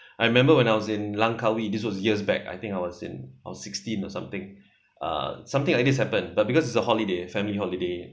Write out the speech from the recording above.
I remember when I was in langkawi this was years back I think I was in I was sixteen or something uh something like this happened but because it's a holiday family holiday